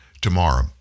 tomorrow